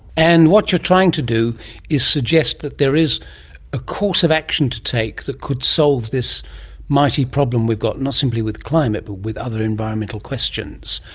and what you're trying to do is suggest that there is a course of action to take that could solve this mighty problem we've got, not simply with climate but with other environmental questions.